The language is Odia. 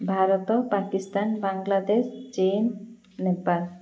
ଭାରତ ପାକିସ୍ତାନ ବାଂଲାଦେଶ ଚୀନ ନେପାଲ